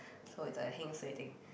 so it's a heng suay thing